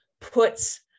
puts